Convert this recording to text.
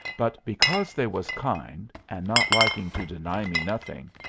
but, because they was kind, and not liking to deny me nothing,